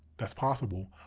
that's possible,